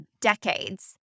decades